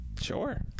Sure